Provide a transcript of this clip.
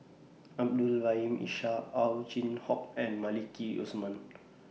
Abdul Rahim Ishak Ow Chin Hock and Maliki Osman